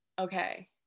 okay